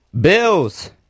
Bills